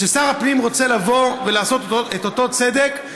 וכששר הפנים רוצה לעשות את אותו צדק,